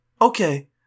Okay